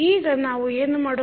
ಈಗ ನಾವು ಏನು ಮಾಡುತ್ತೇವೆ